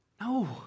No